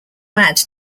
add